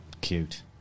Cute